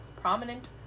prominent